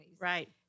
Right